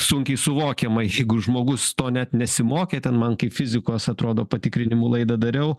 sunkiai suvokiama jeigu žmogus to net nesimokė ten man kai fizikos atrodo patikrinimų laidą dariau